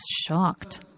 shocked